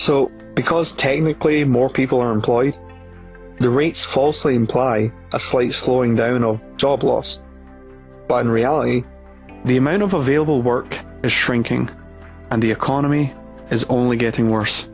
so because technically more people are employed the rates falsely imply a sleigh slowing down job loss but in reality the amount of available work is shrinking and the economy is only getting worse